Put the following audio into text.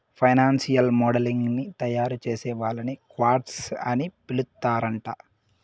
financial modelling ని తయారుచేసే వాళ్ళని క్వాంట్స్ అని పిలుత్తరాంట